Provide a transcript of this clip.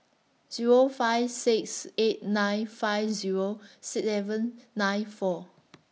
Zero five six eight nine five Zero seven nine four